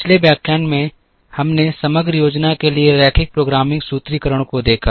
पिछले व्याख्यान में हमने समग्र योजना के लिए रैखिक प्रोग्रामिंग सूत्रीकरण को देखा